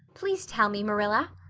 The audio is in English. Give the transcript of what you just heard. please tell me, marilla.